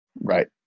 Right